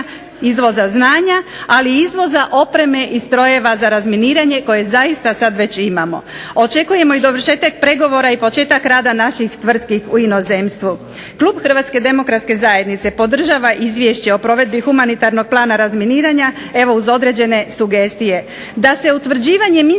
izvoza znanja, ali i izvoza opreme i strojeva za razminiranje koje zaista već sada imamo. Očekujemo i dovršetak pregovora i početak rada naših tvrtki u inozemstvu. Klub HDZ-a podržava Izvješće o provedbi humanitarnog plana razminiranja evo uz određene sugestije, da se utvrđivanje minski